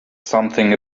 something